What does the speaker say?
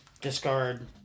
discard